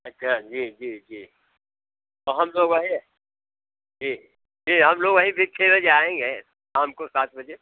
अच्छा जी जी जी तो हम लोग वहीं जी जी हम लोग वहीं हो जाएंगे शाम को सात बजे